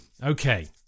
Okay